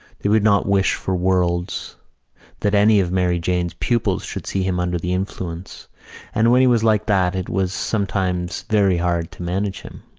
they would not wish for worlds that any of mary jane's pupils should see him under the influence and when he was like that it was sometimes very hard to manage him.